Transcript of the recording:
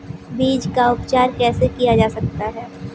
बीज का उपचार कैसे किया जा सकता है?